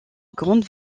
grande